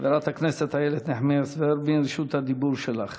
חברת הכנסת איילת נחמיאס ורבין, רשות הדיבור שלך.